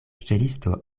ŝtelisto